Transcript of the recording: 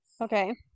Okay